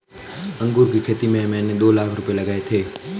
अंगूर की खेती में मैंने दो लाख रुपए लगाए थे